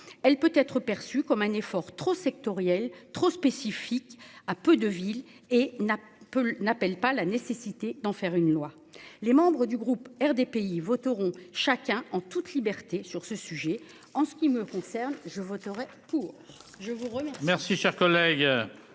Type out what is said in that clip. elle peut être perçu comme un effort trop sectorielles trop spécifique à peu de villes et n'a peu n'appelle pas la nécessité d'en faire une loi. Les membres du groupe RDPI voteront chacun en toute liberté sur ce sujet. En ce qui me concerne je voterais pour,